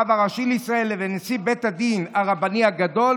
הרב הראשי לישראל ונשיא בית הדין הרבני הגדול.